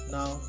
Now